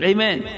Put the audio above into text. Amen